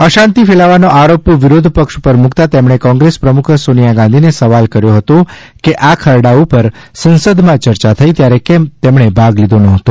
અશાંતિ ફેલાવવાનો આરોપ વિરોધ પક્ષ ઉપર મુક્તા તેમણે કોંગ્રેસ પ્રમુખ સોનિયા ગાંધી ને સવાલ કર્યો હતો કે આ ખરડા ઉપર સંસદમાં યર્યા થઈ ત્યારે કેમ તેમણે ભાગ લીધો નહોતો